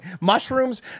Mushrooms